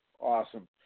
Awesome